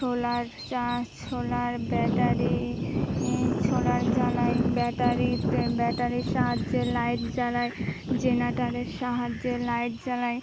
solar solar battery solar জ্বালাই ব্যাটারিতে ব্যাটারির সাহায্যে লাইট জ্বালায় জেনার্টারের সাহায্যে লাইট জ্বালায়